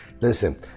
Listen